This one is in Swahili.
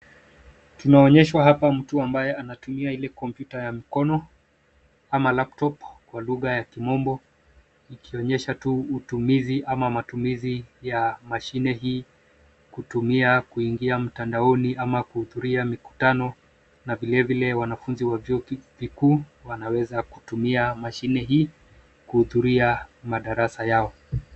Tumeonyeshwa hapa mtu ambaye anatumia ile kompyuta ya mkono au cs[laptop]cs kwa lugha ya kimombo ikionyesha tu utumizi au matumizi ya mashine hii kutumia kuingia mtandaoni ama kuhudhuria mikutano na vilevile wanafunzi wa vyuo vikuu wanaweza kutumia mashine hii kuhudhuria madrasa yao.